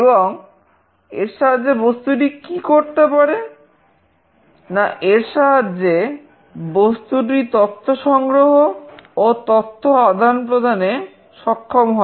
এবং এর সাহায্যে বস্তুটি কি করতে পারে নাএর সাহায্যে বস্তুটি তথ্য সংগ্রহ ও তথ্য আদান প্রদানে সক্ষম হয়